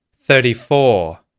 thirty-four